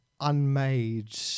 unmade